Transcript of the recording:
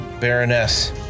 Baroness